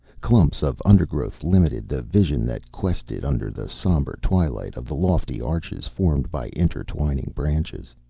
clumps of undergrowth limited the vision that quested under the somber twilight of the lofty arches formed by intertwining branches.